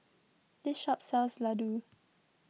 this shop sells Laddu